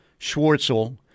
Schwartzel